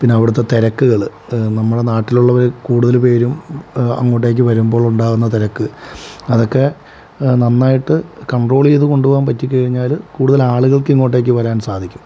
പിന്നെ അവിടുത്തെ തിരക്കുകൾ നമ്മുടെ നാട്ടിലുള്ളവർ കൂടുതൽ പേരും അങ്ങോട്ടേക്ക് വരുമ്പോൾ ഉണ്ടാകുന്ന തിരക്ക് അതൊക്കെ നന്നായിട്ട് കണ്ട്രോൾ ചെയ്തു കൊണ്ടുപോകാൻ പറ്റിക്കഴിഞ്ഞാൽ കൂടുതൽ ആളുകൾക്ക് ഇങ്ങോട്ടേക്ക് വരാൻ സാധിക്കും